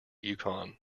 yukon